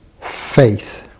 faith